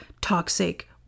toxic